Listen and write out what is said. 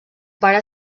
pare